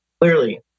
clearly